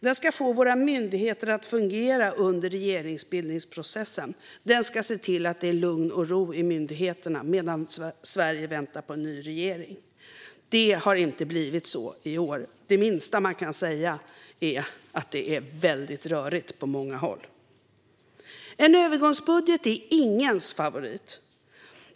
Den ska få våra myndigheter att fungera under regeringsbildningsprocessen. Den ska se till att det är lugn och ro i myndigheterna medan Sverige väntar på en ny regering. Det har inte blivit så i år. Det minsta man kan säga är att det på många håll är väldigt rörigt. En övergångsbudget är ingens favorit.